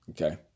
Okay